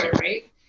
right